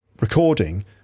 recording